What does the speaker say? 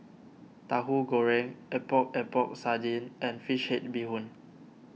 Tahu Goreng Epok Epok Sardin and Fish Head Bee Hoon